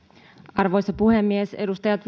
arvoisa puhemies edustajat